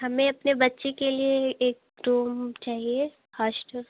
हमें अपने बच्चे के लिए एक रूम चाहिए